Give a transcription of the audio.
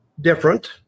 different